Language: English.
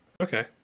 Okay